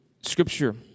Scripture